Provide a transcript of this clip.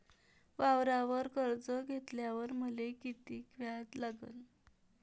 वावरावर कर्ज घेतल्यावर मले कितीक व्याज लागन?